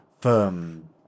firm